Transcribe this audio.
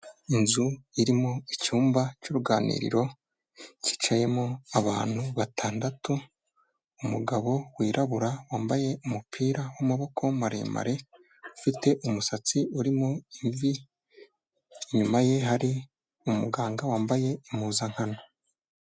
Inzu irimo icyumba cy'uruganiriro, cyicayemo abantu batandatu, umugabo wirabura, wambaye umupira w'amaboko maremare, ufite umusatsi urimo ivi, inyuma ye, hari umuganga wambaye impuzankano.